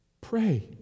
Pray